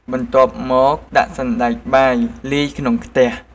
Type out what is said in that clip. បន្ទាប់មកដាក់សណ្ដែកបាយលាយក្នុងខ្ទះ។